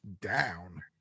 Down